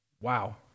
Wow